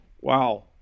Wow